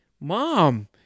mom